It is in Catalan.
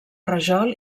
rajol